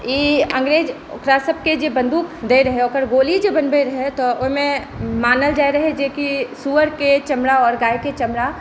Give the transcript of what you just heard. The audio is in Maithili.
ई अङ्ग्रेज ओकरा सबकेँ जे बन्दुक दै रहै ओकर गोली जे बनबै रहै तऽ ओहिमे मानल जाइ रहै जेकि सुअरके चमड़ा आओर गायके चमड़ा